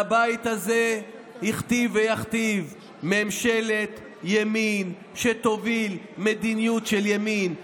והבית הזה הכתיב ויכתיב ממשלת ימין שתוביל מדיניות של ימין,